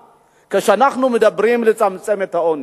כאשר אנחנו מדברים על לצמצם את העוני.